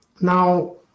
Now